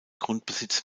grundbesitz